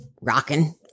rockin